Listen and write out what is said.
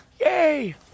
Yay